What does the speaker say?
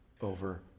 Over